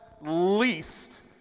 least